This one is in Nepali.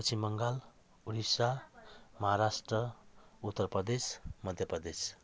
पश्चिम बङ्गाल उडिसा महाराष्ट्र उत्तर प्रदेश मध्य प्रदेश